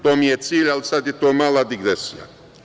To mi je cilj, ali sada je to mala digresija.